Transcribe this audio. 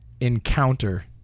encounter